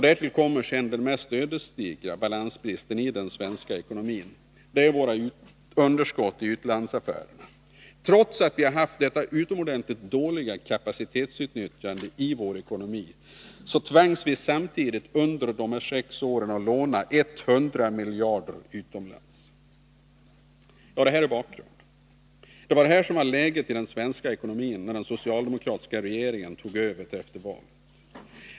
Därtill kommer den mest ödesdigra balansbristen i den svenska ekonomin: våra underskott i utlandsaffärerna. Trots det utomordentligt dåliga kapacitetsutnyttjandet i vår ekonomi tvingades vi under de sex nämnda åren att samtidigt låna 100 miljarder utomlands. Sådant var läget för den svenska ekonomin då den socialdemokratiska regeringen tog över efter valet.